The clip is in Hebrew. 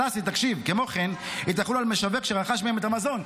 כמו כן, היא תחול על משווק שרכש מהם את המזון.